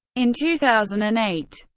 in two thousand and eight,